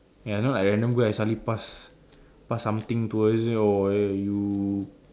ya you know like random girl I suddenly pass pass something to her and say oh eh you